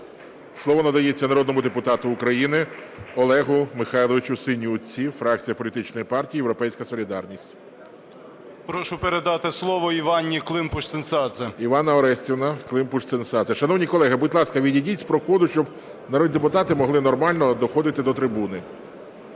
Слово надається народному депутату України Олегу Михайловичу Синютці, фракція політичної "Європейська солідарність". 13:13:29 СИНЮТКА О.М. Прошу передати слово Іванні Климпуш-Цинцадзе. ГОЛОВУЮЧИЙ. Іванна Орестівна Климпуш-Цинцадзе. Шановні колеги, будь ласка, відійдіть з проходу, щоб народні депутати могли нормально доходити до трибуни.